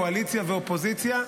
של קואליציה ואופוזיציה,